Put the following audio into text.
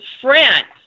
France